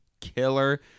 killer